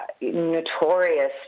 notorious